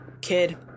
Kid